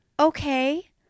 Okay